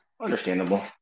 Understandable